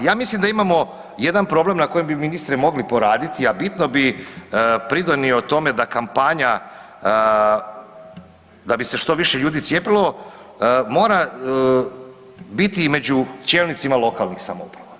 Ja mislim da imamo jedan problem na kojem bi ministre mogli poraditi a bitno bi pridonio tome da kampanja, da bi se što više ljudi cijepilo, mora biti među čelnicima lokalnih samouprava.